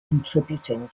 contributing